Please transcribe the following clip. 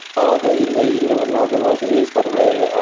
aga even though you didn't know what an aga was. it is, by the way,